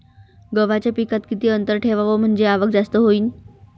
गव्हाच्या पिकात किती अंतर ठेवाव म्हनजे आवक जास्त होईन?